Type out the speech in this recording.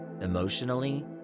emotionally